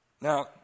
Now